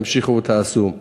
תמשיכו ותעשו.